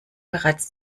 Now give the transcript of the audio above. bereits